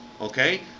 okay